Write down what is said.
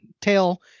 tail